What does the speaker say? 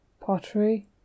pottery